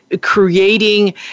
creating